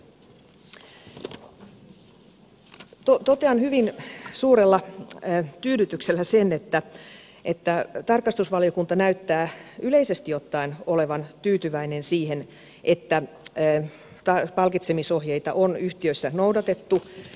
totean hyvin suurella tyydytyksellä sen että tarkastusvaliokunta näyttää yleisesti ottaen olevan tyytyväinen siihen että palkitsemisohjeita on yhtiöissä noudatettu